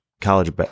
college